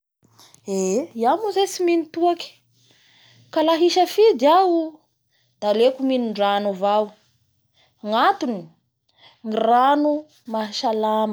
Eee, iaho moa zay tsy mino toaky ka aha hisafidy iaho da aleko minondrano avao, gnatony ny rano mahasalama, zay ngantony